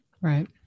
Right